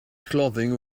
clothing